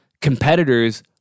competitors